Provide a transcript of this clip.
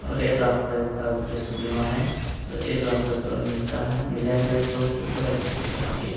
और एक लाख रुपए का रिस्क बीमा है तो एक लाख रुपए तुरंत मिलता है मिल जाएगा रिस्क कवर पे बगैर क़िस्त जमा किए